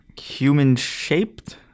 human-shaped